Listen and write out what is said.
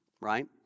right